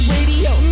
Radio